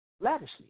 lavishly